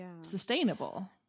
sustainable